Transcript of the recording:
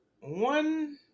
one